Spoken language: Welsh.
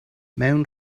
mewn